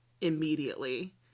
immediately